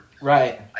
Right